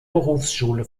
berufsschule